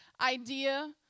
idea